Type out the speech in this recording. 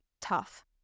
tough